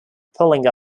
pulling